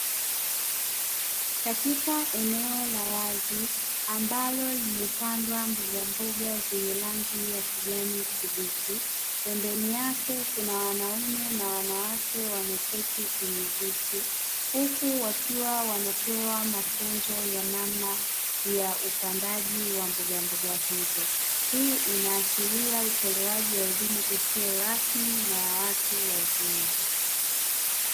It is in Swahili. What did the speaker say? Katika eneo la wazi ambalo limepandwa mboga mboga zenye rangi ya kijani kibichi, pembeni yake kuna wanaume na wanawake wameketi kwenye viti huku wakiwa wanapewa mafunzo ya namna ya upandaji wa mboga mboga hizo hii inaashiria utolewaji wa elimu isiyo rasmi na ya watu wazima.